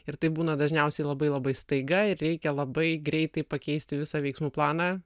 ir taip būna dažniausiai labai labai staiga ir reikia labai greitai pakeisti visą veiksmų planą